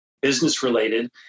business-related